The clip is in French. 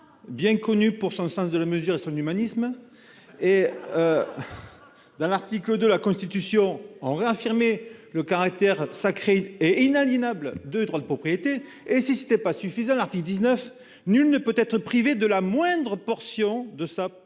Bien connu pour son sens de la mesure et son humanisme et. Dans l'article de la Constitution en réaffirmer le caractère sacré et inaliénable de droits de propriété et si c'était pas suffisant. Mardi 19, nul ne peut être privé de la moindre portion de sa propriété